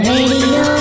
Radio